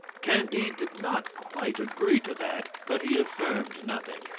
candide did not quite agree to that, but he affirmed nothing.